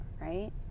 right